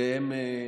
והם,